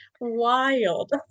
wild